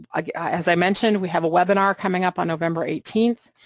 um ah yeah as i mentioned we have a webinar coming up on november eighteenth,